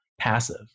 passive